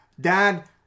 dad